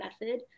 method